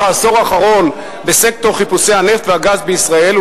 העשור האחרון בסקטור חיפושי הנפט והגז בישראל,